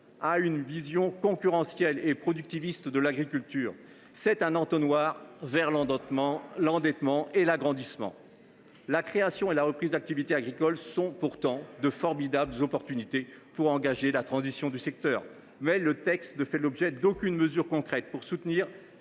à une vision concurrentielle et productiviste est un entonnoir vers l’endettement et l’agrandissement. La création et la reprise d’activités agricoles sont pourtant de formidables opportunités pour engager la transition du secteur, mais le texte ne fait l’objet d’aucune mesure concrète pour soutenir